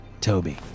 Toby